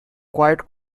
quite